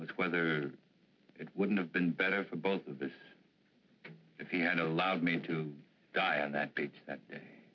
was whether it would have been better for both of this if he had allowed me to die on that beach that day